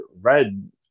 read